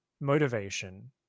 motivation